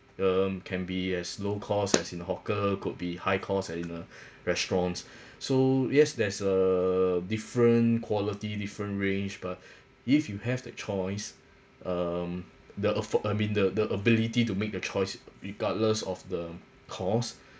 um you can be as low cost as in hawker could be high cost in a restaurants so yes there's a different quality different range but if you have the choice um the afford I mean the the ability to make the choice regardless of the cost